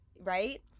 Right